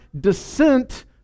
descent